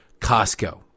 Costco